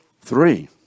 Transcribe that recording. Three